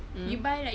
mm